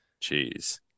Jeez